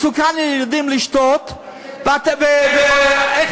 זה מסוכן לילדים לשתות --- תגיד את זה --- איך